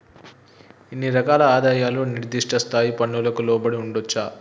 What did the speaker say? ఇన్ని రకాల ఆదాయాలు నిర్దిష్ట స్థాయి పన్నులకు లోబడి ఉండొచ్చా